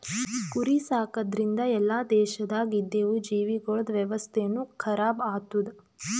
ಕುರಿ ಸಾಕದ್ರಿಂದ್ ಎಲ್ಲಾ ದೇಶದಾಗ್ ಇದ್ದಿವು ಜೀವಿಗೊಳ್ದ ವ್ಯವಸ್ಥೆನು ಖರಾಬ್ ಆತ್ತುದ್